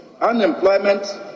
unemployment